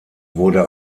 wurde